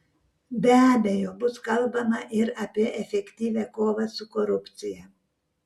be abejo bus kalbama ir apie efektyvią kovą su korupcija